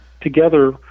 together